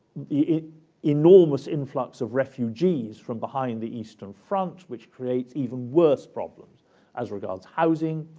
the enormous influx of refugees from behind the eastern front, which creates even worse problems as regards housing,